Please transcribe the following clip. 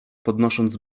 podnosząc